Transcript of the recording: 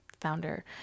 founder